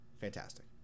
Fantastic